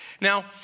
Now